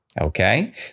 Okay